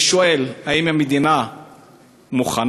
אני שואל: האם המדינה מוכנה?